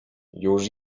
już